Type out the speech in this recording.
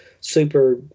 super